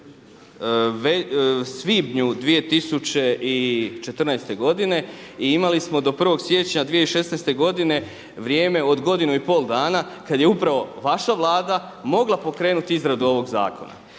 svibnju 2014. godine i imali smo do 1. siječnja 2016. godine vrijeme od godinu i pol dana kada je upravo vaša Vlada mogla pokrenuti izradu ovog zakona.